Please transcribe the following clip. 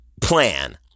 plan